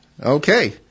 Okay